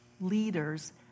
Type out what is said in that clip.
Leaders